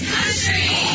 Country